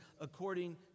according